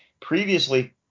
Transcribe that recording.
Previously